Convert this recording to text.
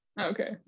Okay